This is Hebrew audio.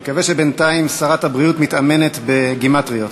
אני מקווה שבינתיים שרת הבריאות מתאמנת בגימטריות.